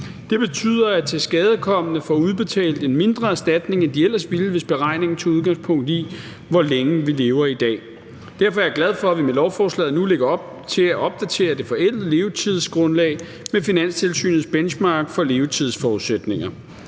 Det betyder, at tilskadekomne får udbetalt en mindre erstatning, end de ellers ville, hvis beregningen tog udgangspunkt i, hvor længe vi lever i dag. Derfor er jeg glad for, at vi med lovforslaget nu lægger op til at opdatere det forældede levetidsgrundlag med Finanstilsynets Benchmark for levetidsforudsætninger.